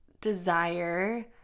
desire